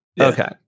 Okay